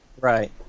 Right